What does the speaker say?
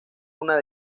una